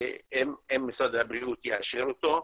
אם משרד הבריאות יאשר אותו.